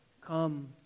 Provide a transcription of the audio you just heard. come